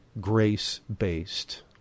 grace-based